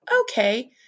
Okay